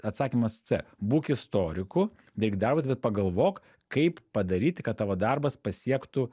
atsakymas c būk istoriku daryk darbus bet pagalvok kaip padaryti kad tavo darbas pasiektų